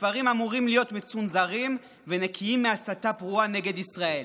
הספרים אמורים להיות מצונזרים ונקיים מהסתה פרועה נגד ישראל.